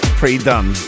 pre-done